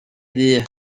ddu